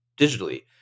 digitally